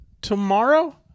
tomorrow